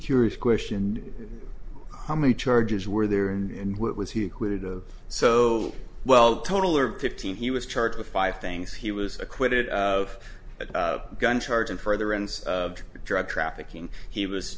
curious question how many charges were there and what was he acquitted of so well total or fifteen he was charged with five things he was acquitted of a gun charge and further and drug trafficking he was